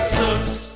sucks